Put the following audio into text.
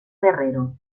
guerrero